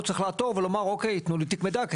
צריך לעתור ולומר אוקיי תנו לי תיק מידע.